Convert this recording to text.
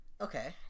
Okay